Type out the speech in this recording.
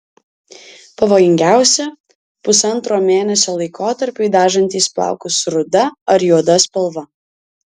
pavojingiausi pusantro mėnesio laikotarpiui dažantys plaukus ruda ar juoda spalva